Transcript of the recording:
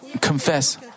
confess